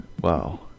Wow